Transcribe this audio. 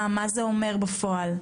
מה זה אומר בפועל?